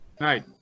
Night